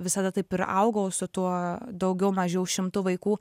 visada taip ir augau su tuo daugiau mažiau šimtu vaikų